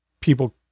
people